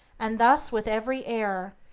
and thus with every error,